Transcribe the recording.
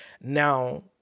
Now